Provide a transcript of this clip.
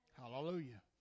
Hallelujah